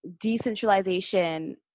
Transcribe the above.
decentralization